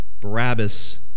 Barabbas